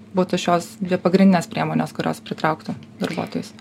būtų šios dvi pagrindinės priemonės kurios pritrauktų darbuotojus